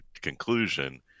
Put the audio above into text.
conclusion